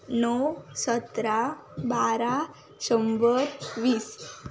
णव सतरा बारा शंबर वीस